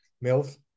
Mills